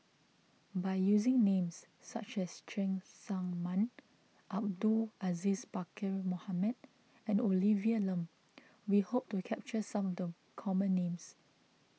by using names such as Cheng Tsang Man Abdul Aziz Pakkeer Mohamed and Olivia Lum we hope to capture some of the common names